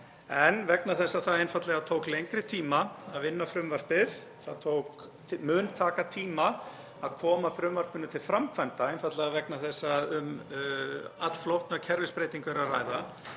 en vegna þess að það einfaldlega tók lengri tíma að vinna frumvarpið og það mun taka tíma að koma frumvarpinu til framkvæmda, einfaldlega vegna þess að um allflókna kerfisbreytingu er að ræða,